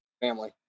family